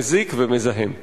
מזיק ומזהם.